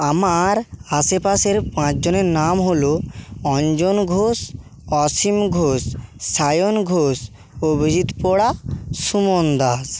আমার আশেপাশের পাঁচজনের নাম হলো অঞ্জন ঘোষ অসীম ঘোষ সায়ন ঘোষ অভিজিৎ পোড়া সুমন দাস